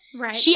Right